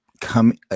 come